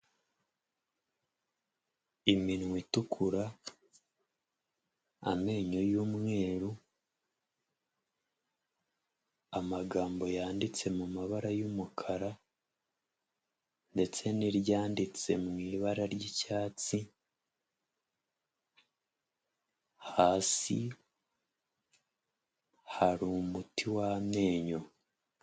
Iminwa itukura, amenyo y'umweru, amagambo yanditse mu mabara y'umukara ndetse n'iryanditse mu ibara ry'icyatsi, hasi hari umuti w'amenyo.